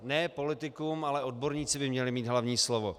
Ne politikum, ale odborníci by měli mít hlavní slovo.